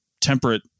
temperate